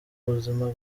buzima